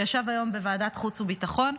שישב היום בוועדת חוץ וביטחון.